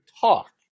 talk